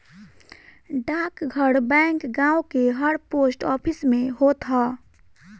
डाकघर बैंक गांव के हर पोस्ट ऑफिस में होत हअ